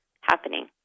happening